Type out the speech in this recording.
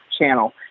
channel